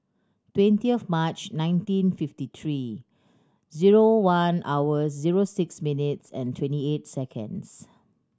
twenty of March nineteen fifty three zero one hours zero six minutes and twenty eight seconds